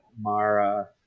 mara